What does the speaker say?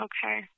Okay